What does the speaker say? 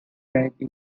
type